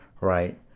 right